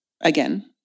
again